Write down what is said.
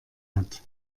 hat